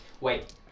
Wait